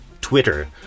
Twitter